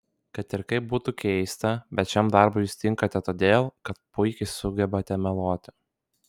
kad ir kaip būtų keista bet šiam darbui jūs tinkate todėl kad puikiai sugebate meluoti